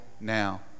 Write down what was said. now